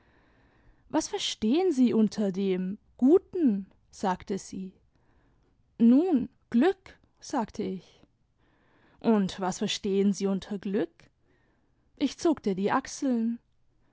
was verstehen sie unter dem guten sagte sie nun glück sage ich und was verstehen sie unter glück ich zuckte die achseln